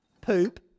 Poop